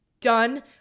Done